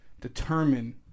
determine